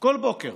כל בוקר